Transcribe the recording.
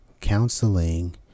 Counseling